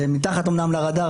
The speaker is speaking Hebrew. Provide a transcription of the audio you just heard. אומנם מתחת לרדאר,